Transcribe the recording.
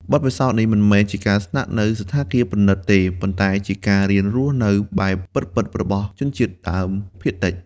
បទពិសោធន៍នេះមិនមែនជាការស្នាក់នៅសណ្ឋាគារប្រណីតទេ ប៉ុន្តែជាការរៀនរស់នៅបែប ពិតៗ របស់ជនជាតិដើមភាគតិច។